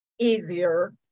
easier